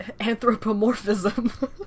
Anthropomorphism